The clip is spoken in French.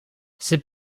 ces